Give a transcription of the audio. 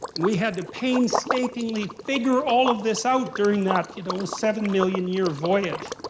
and we had to painstakingly figure all of this out during that, you know, seven million year voyage.